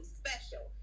special